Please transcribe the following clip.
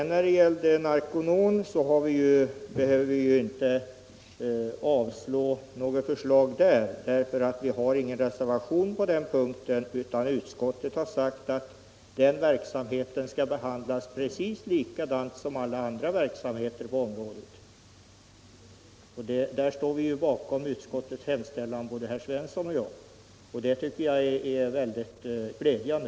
När det gäller Narconon behöver vi inte avslå något förslag, eftersom det inte finns någon reservation på den punkten. Utskottet har anfört att den verksamheten skall behandlas precis likadant som alla andra verksamheter på området. Och både herr Svensson och jag står ju bakom utskottets hemställan i det avseendet, vilket jag tycker är glädjande.